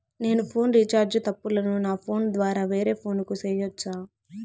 నేను phone recharge తప్పులను నా ఫోను ద్వారా వేరే ఫోను కు సేయొచ్చా?